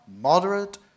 moderate